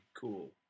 Cool